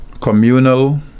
communal